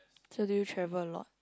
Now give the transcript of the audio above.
so do you travel a lot